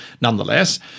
nonetheless